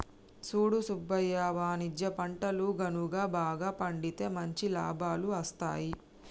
సూడు సుబ్బయ్య వాణిజ్య పంటలు గనుక బాగా పండితే మంచి లాభాలు అస్తాయి